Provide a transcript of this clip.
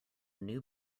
new